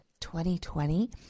2020